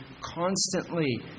constantly